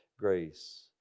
grace